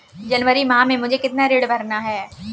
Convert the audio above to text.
जनवरी माह में मुझे कितना ऋण भरना है?